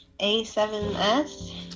a7s